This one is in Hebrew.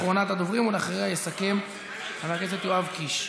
אחרונת הדוברים, ואחריה יסכם חבר הכנסת יואב קיש.